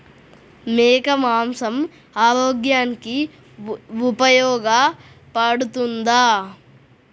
మేక మాంసం ఆరోగ్యానికి ఉపయోగపడుతుందా?